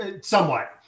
Somewhat